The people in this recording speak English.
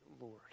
Lord